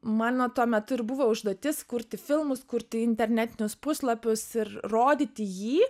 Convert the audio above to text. mano tuo metu ir buvo užduotis kurti filmus kurti internetinius puslapius ir rodyti jį